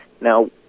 Now